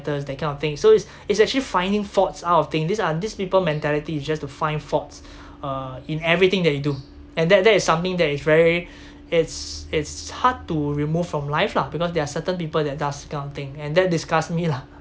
that kind of thing so it's it's actually finding faults out of thing these are these people mentality is just to find faults uh in everything that you do and that that is something that is very it's it's hard to remove from life lah because there are certain people that does this kind of thing and that disgusts me lah